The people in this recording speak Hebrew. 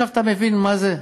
עכשיו אתה מבין מה זה?